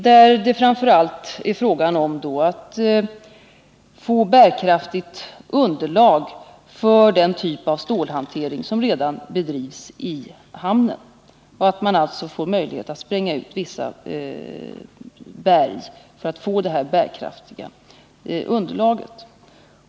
Det är framför allt fråga om att få ett bärkraftigt underlag för den typ av stålhantering som redan bedrivs i hamnen och att alltså få möjlighet att spränga ut vissa berg för att få detta bärkraftiga underlag.